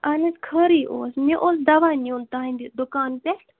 اَہَن حظ خٲرٕے اوس مےٚ اوس دَوا نیُن تہٕنٛدِ دُکان پٮ۪ٹھ